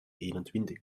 eenentwintig